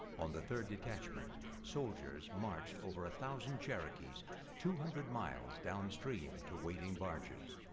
on the third detachment soldiers marched over a thousand cherokees two hundred miles downstream to waiting barges.